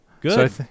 good